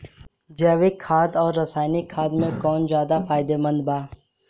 जैविक खाद आउर रसायनिक खाद मे कौन ज्यादा फायदेमंद बा?